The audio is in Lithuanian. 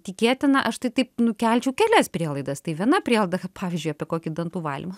tikėtina aš tai taip nu kelčiau kelias prielaidas tai viena prielaida pavyzdžiui apie kokį dantų valymą